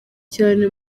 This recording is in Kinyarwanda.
cyane